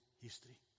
history